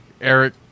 Eric